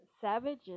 savages